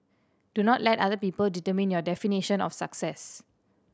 do not let other people determine your definition of success